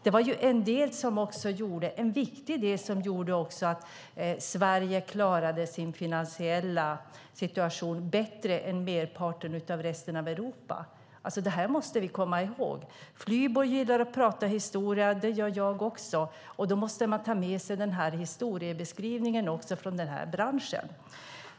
Det var en viktig del som gjorde att Sverige klarade sin finansiella situation bättre än merparten av resten av Europa. Det här måste vi komma ihåg. Flyborg gillar att prata historia. Det gör jag också. Då måste man ta med sig historiebeskrivningen från den här branschen.